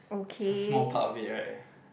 it's a small part of it right